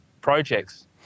projects